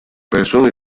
persone